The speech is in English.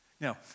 Now